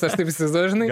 aš taip įsivaizduoju žinai